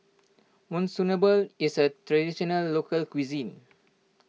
Monsunabe is a Traditional Local Cuisine